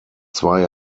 zwei